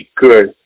good